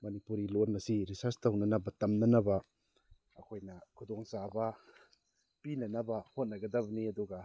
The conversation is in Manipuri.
ꯃꯅꯤꯄꯨꯔꯤ ꯂꯣꯟ ꯑꯁꯤ ꯔꯤꯁ꯭ꯔꯁ ꯇꯧꯅꯅꯕ ꯇꯝꯅꯅꯕ ꯑꯩꯈꯣꯏꯅ ꯈꯨꯗꯣꯡ ꯆꯥꯕ ꯄꯤꯅꯅꯕ ꯍꯣꯠꯅꯒꯗꯕꯅꯤ ꯑꯗꯨꯒ